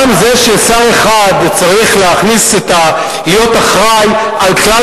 גם זה ששר אחד צריך להיות אחראי על כלל